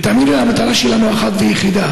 ותאמינו לנו, המטרה האחת והיחידה